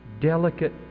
delicate